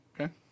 Okay